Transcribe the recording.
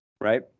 Right